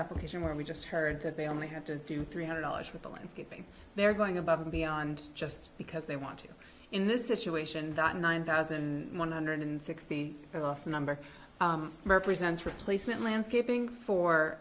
application where we just heard that they only have to do three hundred dollars for the landscaping they're going above and beyond just because they want to in this situation that nine thousand one hundred sixty last number represents replacement landscaping for